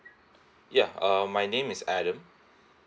ya uh my name is adam